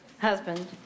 husband